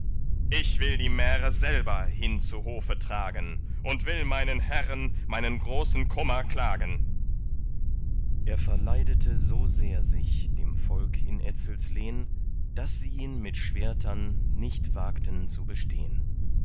ich will die märe selber hin zu hofe tragen und will meinen herren meinen großen kummer klagen er verleidete so sehr sich dem volk in etzels lehn daß sie ihn mit schwertern nicht wagten zu bestehn